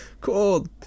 cool